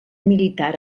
militar